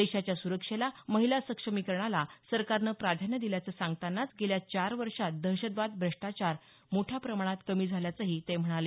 देशाच्या सुरक्षेला महिला सक्षमीकरणाला सरकारनं प्राधान्य दिल्याचं सांगतानाच गेल्या चार वर्षात दहशतवाद भ्रष्टाचार मोठ्या प्रमाणात कमी झाल्याचंही ते म्हणाले